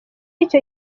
icyo